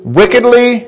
wickedly